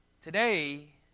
Today